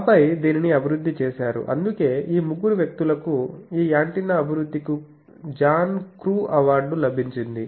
ఆపై దీనిని అభివృద్ధి చేసారుఅందుకే ఈ ముగ్గురు వ్యక్తులకు ఈ యాంటెన్నా అభివృద్ధికి కు జాన్ క్రూ అవార్డు లభించింది